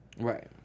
right